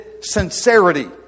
sincerity